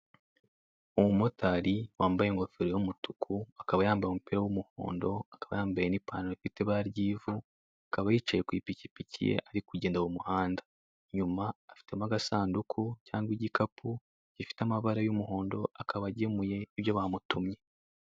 Umumotari wambaye ingofero y'umutuku akaba yambaye umupira w'umuhondo akaba yambaye n'ipantaro ifite ibara ry'ivu akaba yicaye ku ipikipiki ye ari kugenda mu muhanda. Inyuma afitemo agasanduku cyangwa igikapu gifite amabara y'umuhondo akaba agemuye ibyo bamutumye.